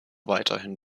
weiterhin